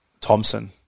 Thompson